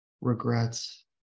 regrets